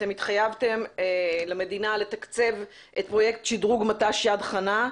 אתם התחייבתם למדינה לתקצב את פרויקט שדרוג מט"ש יד חנה,